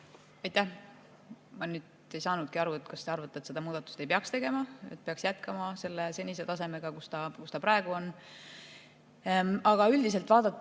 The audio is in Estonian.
Aitäh! Ma nüüd ei saanudki aru, kas te arvate, et seda muudatust ei peaks tegema, et peaks jätkama senise tasemega, kus ta praegu on. Aga üldiselt,